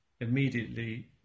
immediately